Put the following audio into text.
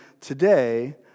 today